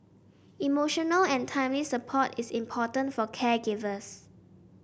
emotional and timely support is important for caregivers